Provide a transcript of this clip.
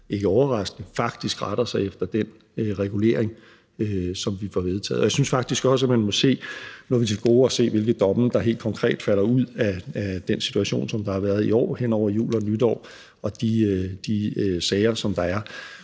ikke overraskende – faktisk retter sig efter den regulering, som vi får vedtaget. Nu har vi til gode at se, hvilke domme der helt konkret falder ud af den situation, der har været i år hen over jul og nytår, og de sager, der er.